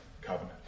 covenant